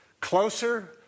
closer